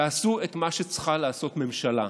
תעשו את מה שצריכה לעשות ממשלה,